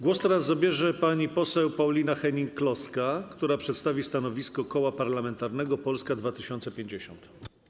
Głos teraz zabierze pani poseł Paulina Hennig-Kloska, która przedstawi stanowisko Koła Parlamentarnego Polska 2050.